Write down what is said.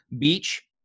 beach